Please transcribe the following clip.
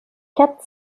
quatre